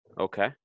Okay